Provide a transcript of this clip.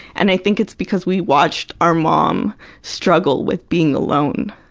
and i think it's because we watched our mom struggle with being alone.